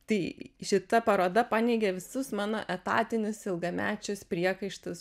tai šita paroda paneigė visus mano etatinius ilgamečius priekaištus